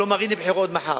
לומר: בחירות מחר.